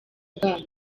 bwabo